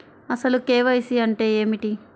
అసలు కే.వై.సి అంటే ఏమిటి?